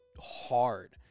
hard